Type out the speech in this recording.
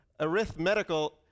arithmetical